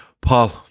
paul